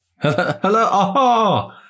Hello